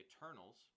Eternals